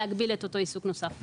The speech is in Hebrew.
להגביל את אותו עיסוק נוסף.